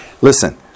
Listen